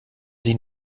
sie